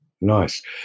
nice